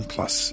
Plus